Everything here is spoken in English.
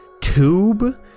tube